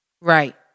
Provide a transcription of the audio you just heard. Right